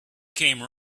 came